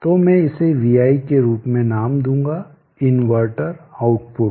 तो मैं इसे vi के रूप में नाम दूंगा इन्वर्टर आउटपुट